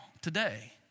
today